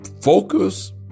Focus